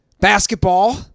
basketball